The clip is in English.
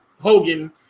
Hogan